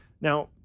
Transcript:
Now